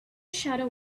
shadow